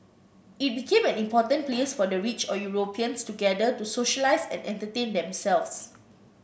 it became an important place for the rich or Europeans to gather to socialise and entertain themselves